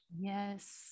Yes